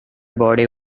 body